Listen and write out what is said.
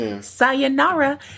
Sayonara